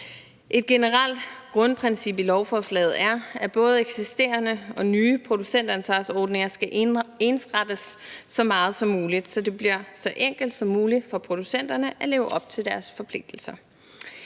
Et generelt grundprincip i lovforslaget er, at både eksisterende og nye producentansvarsordninger skal ensrettes så meget som muligt, så det bliver så enkelt som muligt for producenterne at leve op til deres forpligtelser.